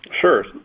Sure